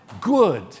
good